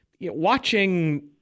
Watching